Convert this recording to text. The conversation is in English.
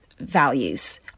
values